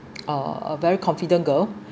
uh a very confident girl